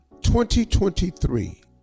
2023